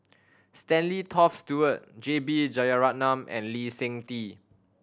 Stanley Toft Stewart J B Jeyaretnam and Lee Seng Tee